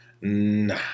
nah